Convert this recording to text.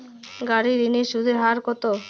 গাড়ির ঋণের সুদের হার কতো?